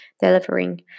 delivering